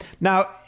Now